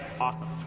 awesome